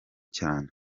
cyane